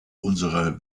unserer